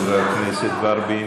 חברת הכנסת ורבין.